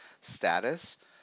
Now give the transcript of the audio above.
status